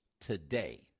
today